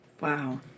Wow